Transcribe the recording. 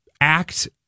act